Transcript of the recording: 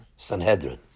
Sanhedrin